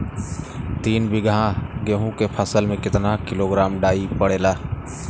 तीन बिघा गेहूँ के फसल मे कितना किलोग्राम डाई पड़ेला?